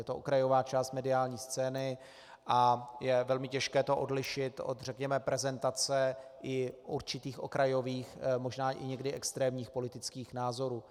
Je to okrajová část mediální scény a je velmi těžké to odlišit od, řekněme, prezentace i určitých okrajových, možná i někdy extrémních politických názorů.